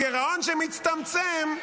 הגירעון שמצטמצם הוא